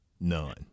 None